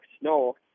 snow